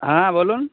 হ্যাঁ বলুন